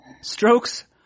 strokes